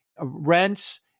rents